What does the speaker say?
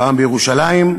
פעם בירושלים,